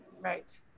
Right